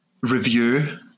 review